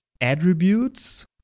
attributes